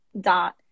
dot